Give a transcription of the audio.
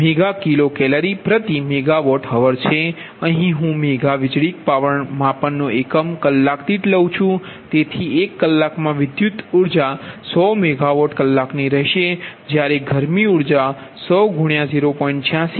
86 MkCal MWhr છે અહીં હું મેગા વીજળિક પાવરના માપનો એકમ કલાક દીઠ લીધુ છે તેથી એક કલાક માં વિદ્યુત ઉર્જા 100 MW કલાકની હશે જ્યારે જરૂરી ગરમી ઉર્જા 100 0